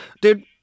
Dude